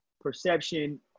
perception